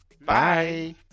Bye